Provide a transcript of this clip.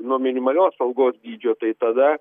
nuo minimalios algos dydžio tai tada